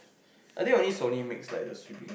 I think only Sony makes like the swimming